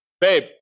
babe